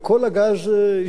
ייסתמו לך מקורותיו,